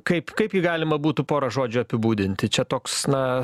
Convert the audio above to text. kaip kaip jį galima būtų porą žodžių apibūdinti čia toks na